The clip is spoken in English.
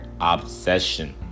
Obsession